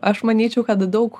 aš manyčiau kad daug